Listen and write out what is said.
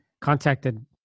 contacted